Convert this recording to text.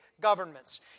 governments